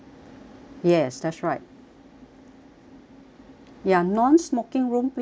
yes that's right ya non-smoking room please